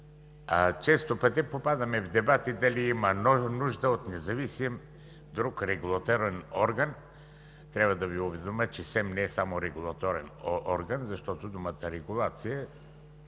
Често пъти попадаме в дебати дали има нужда от друг независим регулаторен орган. Трябва да Ви уведомя, че СЕМ не е само регулаторен орган, защото думата „регулация“ е